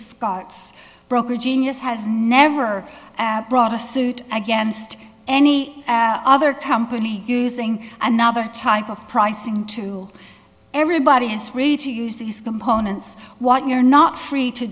scott's broker genius has never brought a suit against any other company using another type of pricing to everybody is free to use these components what you're not free to